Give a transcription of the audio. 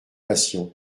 passion